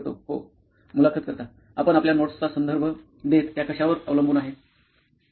हो मुलाखत कर्ता आपण आपल्या नोट्सचा संदर्भ देत त्या कशावर अवलंबून आहे